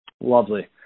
Lovely